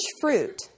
fruit